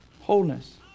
wholeness